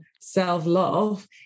self-love